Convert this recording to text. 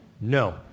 No